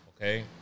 okay